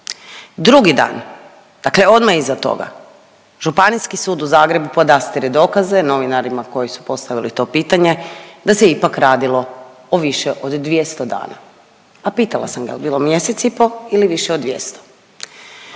Drugi dan, dakle odmah iza toga Županijski sud u Zagrebu podastire dokaze novinarima koji su postavili to pitanje da se ipak radilo o više od 200 dana. A pitala sam ga jel' bilo mjesec i pol ili više od 200.